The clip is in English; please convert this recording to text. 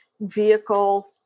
vehicle